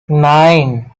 nine